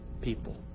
people